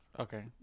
Okay